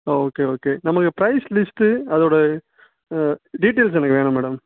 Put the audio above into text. ஓ okay okay நம்மளுக்கு price list அதோடு details எனக்கு வேணும் மேடம்